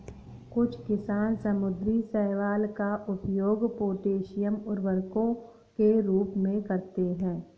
कुछ किसान समुद्री शैवाल का उपयोग पोटेशियम उर्वरकों के रूप में करते हैं